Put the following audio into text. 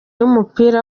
w’umupira